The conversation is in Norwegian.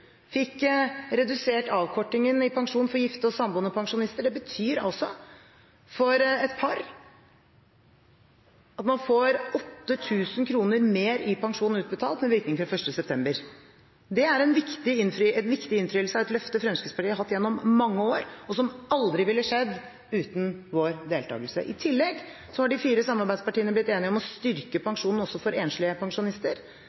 fikk redusert avkortingen i pensjonen for gifte og samboende pensjonister. Det betyr for et par at man får 8 000 kr mer utbetalt i pensjon, med virkning fra 1. september. Det er en viktig innfrielse av et løfte som Fremskrittspartiet har hatt gjennom mange år, og som aldri ville skjedd uten vår deltakelse. I tillegg har de fire samarbeidspartiene blitt enige om å styrke